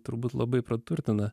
turbūt labai praturtina